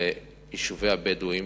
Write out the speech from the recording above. ביישובי הבדואים,